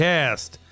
Cast